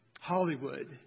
Hollywood